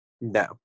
No